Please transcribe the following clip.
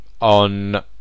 on